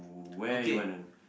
where you wana